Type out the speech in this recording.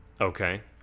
Okay